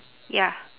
ya